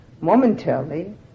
momentarily